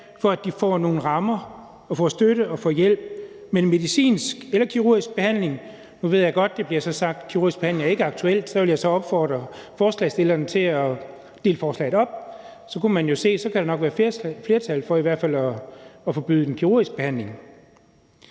for at de får nogle rammer og får støtte og hjælp, men ikke give medicinsk eller kirurgisk behandling. Og nu ved jeg godt, at det så bliver sagt, at kirurgisk behandling ikke er aktuelt, og så vil jeg opfordre forslagsstillerne til at dele forslaget op, for så kunne der måske nok i hvert fald være flertal for at forbyde den kirurgiske behandling.